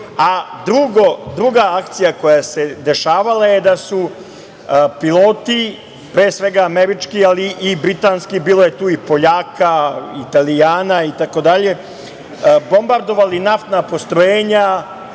a druga akcija koja se dešavala je da su piloti, pre svega američki, ali i britanski, bilo je tu i Popljaka, Italijana itd, bombardovali naftna postrojenja,